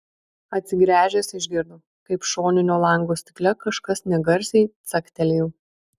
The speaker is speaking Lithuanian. atsigręžęs išgirdo kaip šoninio lango stikle kažkas negarsiai caktelėjo